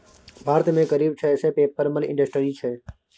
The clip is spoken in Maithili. भारत मे करीब छह सय पेपर मिल इंडस्ट्री छै